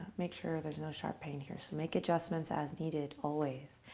make sure there is no sharp pain here. so make adjustments as needed always.